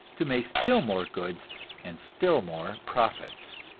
to make still more goods and still more profits.